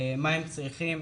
מה הם צריכים.